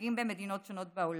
הנהוגים במדינות שונות בעולם.